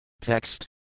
Text